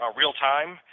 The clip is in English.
real-time